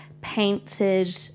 painted